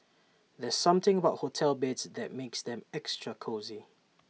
there's something about hotel beds that makes them extra cosy